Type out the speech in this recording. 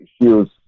issues